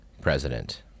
President